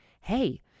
hey